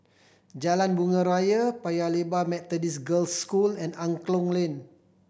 Jalan Bunga Raya Paya Lebar Methodist Girls' School and Angklong Lane